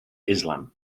islam